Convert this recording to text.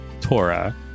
Torah